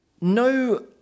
No